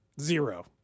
Zero